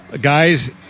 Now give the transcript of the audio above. Guys